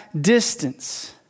distance